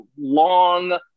long